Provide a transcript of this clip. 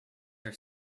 are